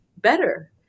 better